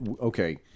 okay